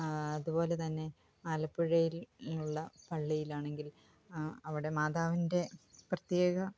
ആ അതുപോലെ തന്നെ ആലപ്പുഴയില് ഉള്ള പള്ളിയിലാണെങ്കില് ആ അവിടെ മാതാവിന്റെ പ്രത്യേക